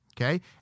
Okay